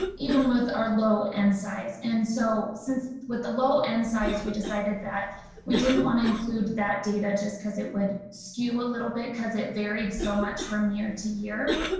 even with our low-end size. and so since with the low-end size we decided that we didn't want to include that data just because it would skew a little bit. cuz it varied so much from year to year.